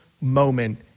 moment